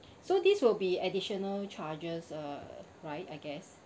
so this will be additional charges uh right I guess